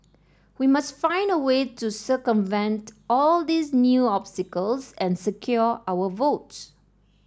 we must find a way to circumvent all these new obstacles and secure our votes